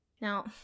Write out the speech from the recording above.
Now